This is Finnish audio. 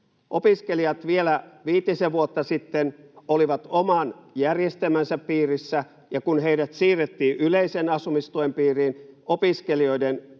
Opiskelijat vielä viitisen vuotta sitten olivat oman järjestelmänsä piirissä, ja kun heidät siirrettiin yleisen asumistuen piiriin,